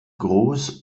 groß